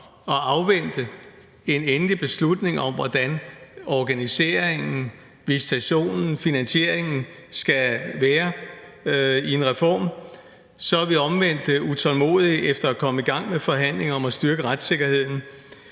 at afvente en endelig beslutning om, hvordan organiseringen, visitationen, finansieringen skal være i en reform, men vi er omvendt utålmodige efter at komme i gang med forhandlingerne om at styrke retssikkerheden,